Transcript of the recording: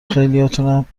خیلیاتونم